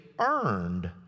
earned